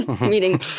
meaning